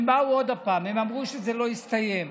הם באו עוד הפעם, הם אמרו שזה לא הסתיים,